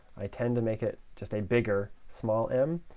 i tend to make it just a bigger small m.